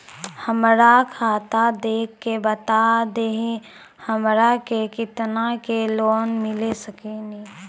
हमरा खाता देख के बता देहु हमरा के केतना के लोन मिल सकनी?